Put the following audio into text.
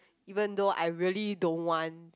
even though I really don't want